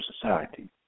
society